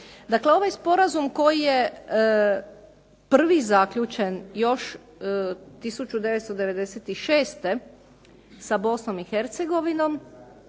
Dakle, ovaj sporazum koji je prvi zaključen još 1996. sa Bosnom i Hercegovinom